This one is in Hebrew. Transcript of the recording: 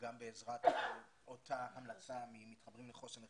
גם בעזרת אותה המלצה מ'מתחברים לחוסן בחירום',